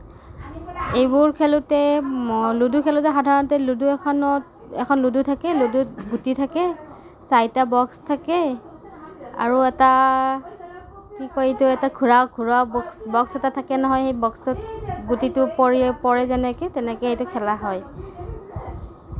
এইবোৰ খেলোঁতে লুডু খেলোঁতে সাধাৰণতে লুডু এখনত এখন লুডু থাকে লুডুত গুটি থাকে চাৰিটা বক্স থাকে আৰু এটা কি কয় এইটো এটা ঘূৰুৱা বক্স এটা থাকে নহয় সেই বক্সটোত গুটিটো পৰি পৰে যেনেকে তেনেকেই এইটো খেলা হয়